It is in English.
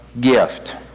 gift